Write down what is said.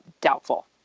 doubtful